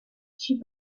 she